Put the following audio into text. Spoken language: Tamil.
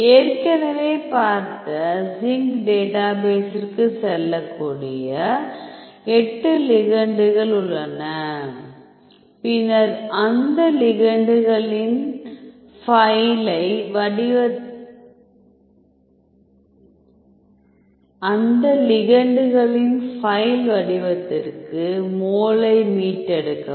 ஏற்கனவே பார்த்த சிங்க் டேட்டாபேசிற்கு செல்லக்கூடிய 8 லிகெண்டுகள் உள்ளன பின்னர் அந்த லிகெண்ட்களின் ஃபைல் வடிவத்திற்கு மோலை மீட்டெடுக்கவும்